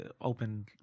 open